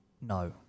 No